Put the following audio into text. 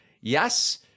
Yes